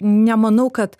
nemanau kad